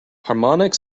harmonic